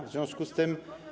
W związku z tym.